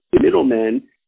middlemen